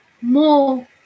more